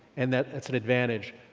and that's that's an advantage.